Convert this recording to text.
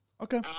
Okay